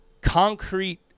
concrete